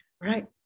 right